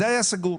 זה היה סגור.